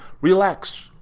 relax